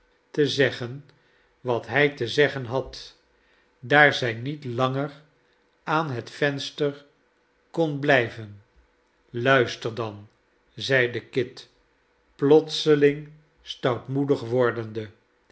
te zeggen wat hij te zeggen had daar zij niet langer aan het venster kon blijven luister dan zeide kit plotseling stoutmoedig wordende